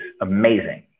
amazing